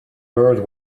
bird